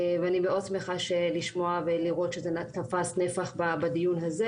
אני מאוד שמחה לשמוע ולראות שזה תפס נפח בדיון הזה.